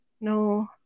No